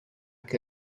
que